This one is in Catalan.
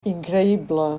increïble